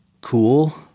cool